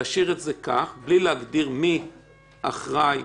להשאיר את זה כך בלי להגדיר מי אחראי לבצע